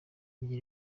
ibyo